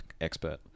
expert